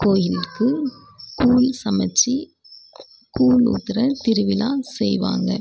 கோயிலுக்கு கூழ் சமைச்சி கூழ் ஊத்துகிற திருவிழா செய்வாங்க